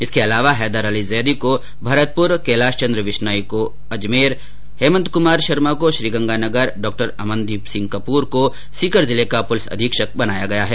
इसके अलावा हैदरअली जैदी को भरतपुर कैलाश चन्द्र विश्नोई को अजमेर हेमंत कुमार शर्मा को श्रीगंगानगर डॉक्टर अमनदीप सिंह कपूर को सीकर जिले का पुलिस अधीक्षक बनाया गया है